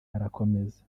arakomeza